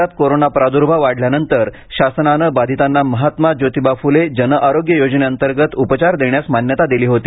राज्यात कोरोना प्रादुभाव वाढल्यानंतर शासनानं बाधितांना महात्मा जोतिबा फुले जन आरोग्य योजनेंतर्गत उपचार देण्यास मान्यता दिली होती